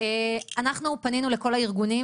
אנחנו פנינו לכל הארגונים